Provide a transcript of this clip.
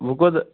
وۅنۍ کوتاہ